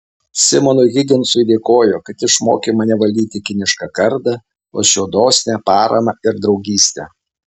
simonui higginsui dėkoju kad išmokė mane valdyti kinišką kardą už jo dosnią paramą ir draugystę